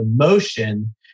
emotion